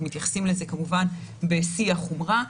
אנחנו מתייחסים לזה כמובן בשיא החומרה.